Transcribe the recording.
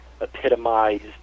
epitomized